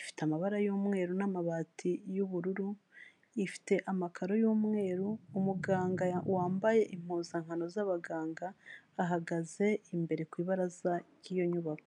ifite amabara y'umweru n'amabati y'ubururu, ifite amakaro y'umweru, umuganga wambaye impuzankano z'abaganga ahagaze imbere ku ibaraza ry'iyo nyubako.